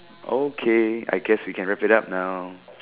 okay I guess we can wrap it up now